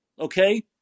okay